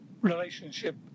relationship